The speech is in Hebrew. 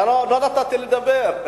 אתה לא נתת לי לדבר.